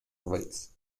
ways